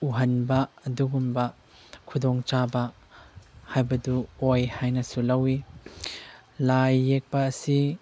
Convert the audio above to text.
ꯎꯍꯟꯕ ꯑꯗꯨꯒꯨꯝꯕ ꯈꯨꯗꯣꯡ ꯆꯥꯕ ꯍꯥꯏꯕꯗꯨ ꯑꯣꯏ ꯍꯥꯏꯅꯁꯨ ꯂꯧꯏ ꯂꯥꯏ ꯌꯦꯛꯄ ꯑꯁꯤ